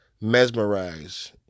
Mesmerize